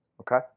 okay